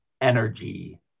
energy